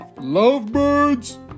Lovebirds